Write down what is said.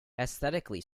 aesthetically